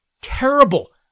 terrible